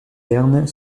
verne